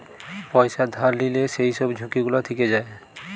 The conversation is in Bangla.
পয়সা ধার লিলে যেই সব ঝুঁকি গুলা থিকে যায়